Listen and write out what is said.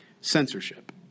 Censorship